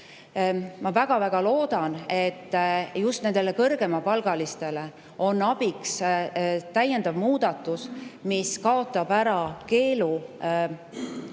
Ma väga-väga loodan, et just nendele kõrgemapalgalistele on abiks täiendav muudatus, mis kaotab ära keelu